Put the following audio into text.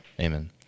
amen